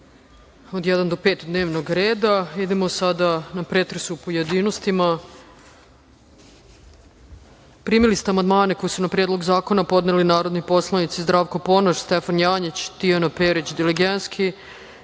od 1. do 5. dnevnog reda. Idemo sada na pretres u pojedinostima. Primili ste amandmane koji su na Predlog zakona podneli narodni poslanici Zdravko Ponoš, Stefan Janjić, Tijana Perić Diligentski,